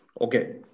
Okay